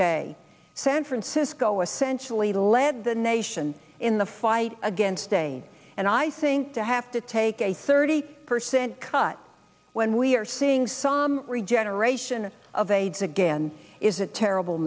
day san francisco essentially lead the nation in the fight against aids and i think to have to take a thirty percent cut when we are seeing some regeneration of aids again is a terrible